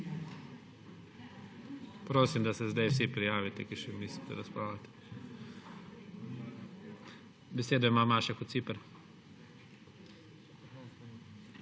Prosim, da se zdaj vsi prijavite, ki še mislite razpravljati. Besedo ima Maša Kociper.